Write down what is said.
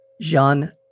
Jean